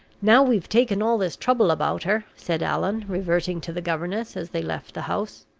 now we've taken all this trouble about her, said allan, reverting to the governess as they left the house,